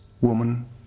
woman